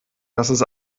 dass